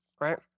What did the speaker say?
Right